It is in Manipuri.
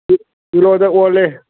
ꯀꯤꯂꯣꯗ ꯑꯣꯜꯂꯦ